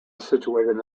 situated